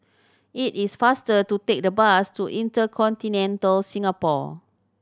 it is faster to take the bus to InterContinental Singapore